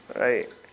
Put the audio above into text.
right